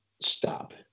stop